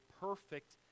perfect